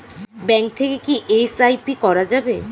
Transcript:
Bank থেকে কী SIP করা যাবে?